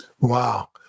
Wow